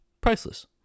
priceless